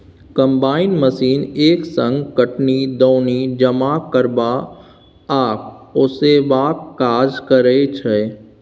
combine machine एक संग कटनी, दौनी, जमा करब आ ओसेबाक काज करय छै